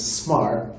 smart